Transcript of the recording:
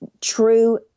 true